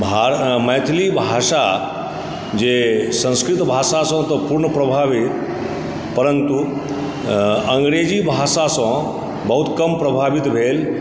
मैथिली भाषा जे संस्कृत भाषासँ तऽ पूर्ण प्रभावित परन्तु अङ्ग्रेजी भाषासँ बहुत कम प्रभावित भेल